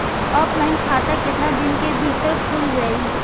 Offline खाता केतना दिन के भीतर खुल जाई?